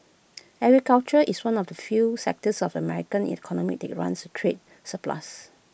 agriculture is one of the few sectors of the American economy that runs A trade surplus